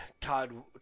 Todd